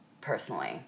personally